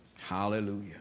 Hallelujah